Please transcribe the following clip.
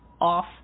off